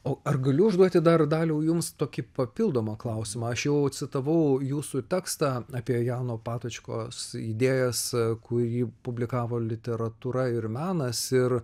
o ar galiu užduoti dar daliau jums tokį papildomą klausimą aš jau citavau jūsų tekstą apie jauno patačkos idėjas kurį publikavo literatūra ir menas ir